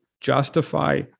justify